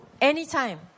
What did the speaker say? anytime